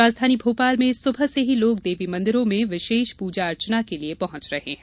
राजधानी भोपाल में सुबह से ही लोग देवी मंदिरों में विशेष पूजा अर्चना के लिये पहुंच रहे है